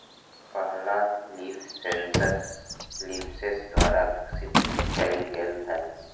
पहला leaf sensor LeafSens द्वारा विकसित कइल गेलय हल